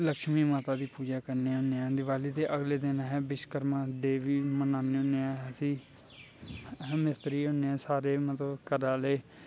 लशमीं माता दी पूजा करनेआं दिवाली दे अगले दिन आहें विश्कर्मां डे बी मनाने होनेआं आहें मिस्त्री होने सारे घराआह्ले